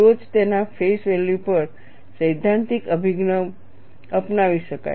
તો જ તેના ફેસ વેલ્યુ પર સૈદ્ધાંતિક અભિગમ અપનાવી શકાય